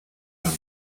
par